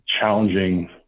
challenging